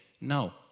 no